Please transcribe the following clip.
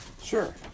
Sure